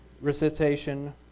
recitation